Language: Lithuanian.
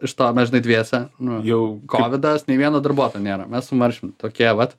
iš to mes žinai dviese jau kovidas nei vieno darbuotojo nėra mes su marčium tokie vat